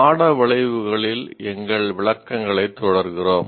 பாட விளைவுகளில் எங்கள் விளக்கங்களைத் தொடர்கிறோம்